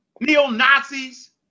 Neo-Nazis